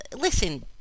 listen